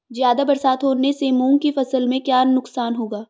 ज़्यादा बरसात होने से मूंग की फसल में क्या नुकसान होगा?